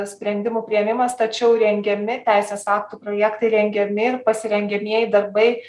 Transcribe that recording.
sprendimų priėmimas tačiau rengiami teisės aktų projektai rengiami ir pasirengiamieji darbai